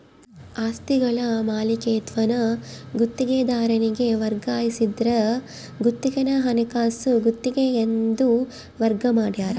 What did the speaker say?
ಆಸ್ತಿಗಳ ಮಾಲೀಕತ್ವಾನ ಗುತ್ತಿಗೆದಾರನಿಗೆ ವರ್ಗಾಯಿಸಿದ್ರ ಗುತ್ತಿಗೆನ ಹಣಕಾಸು ಗುತ್ತಿಗೆ ಎಂದು ವರ್ಗ ಮಾಡ್ಯಾರ